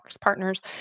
partners